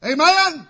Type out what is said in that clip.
Amen